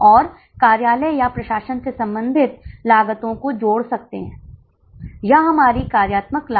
मुझे उम्मीद है कि अब आपको जवाब मिल गए होंगे